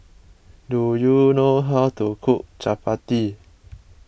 do you know how to cook Chapati